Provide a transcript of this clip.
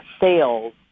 sales